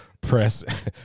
Press